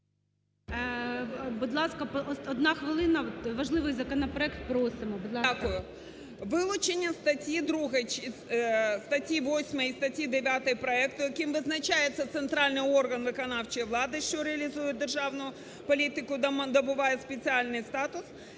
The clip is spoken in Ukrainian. статті 2, статті 8 і статті 9 проекту, яким визначається, центральний орган виконавчої влади, що реалізує державну політику та добуває спеціальний статус,